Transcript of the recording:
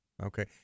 Okay